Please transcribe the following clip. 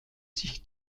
sich